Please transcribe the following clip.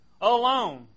alone